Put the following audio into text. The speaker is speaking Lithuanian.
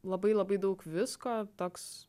labai labai daug visko toks